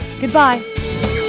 Goodbye